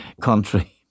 country